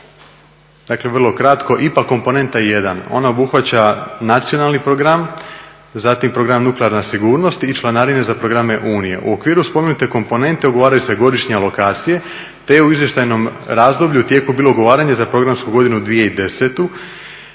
dakle vrlo kratko, IPA komponentna 1, ona obuhvaća nacionalni program, zatim program nuklearna sigurnost i članarine za programe Unije. U okviru spomenute komponente ugovaraju se godišnje lokacije te u izvještajnom razdoblju u tijeku je bilo ugovaranje za programsku godinu 2010.